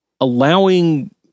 allowing